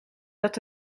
dat